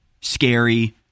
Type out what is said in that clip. scary